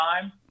time